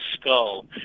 skull